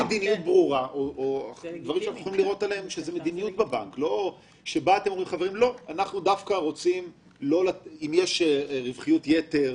האם יש מדיניות ברורה שבה אתם אומרים: אם יש רווחיות יתר,